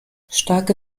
starke